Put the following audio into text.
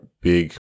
big